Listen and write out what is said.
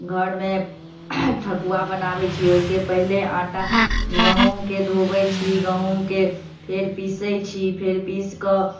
घरमे ठकुआ बनाबैत छी ओहिके पहिने आँटा गहूँमके धोबैत छी गहूँमके फेर पीसैत छी फेर पीसि कऽ